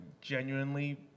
genuinely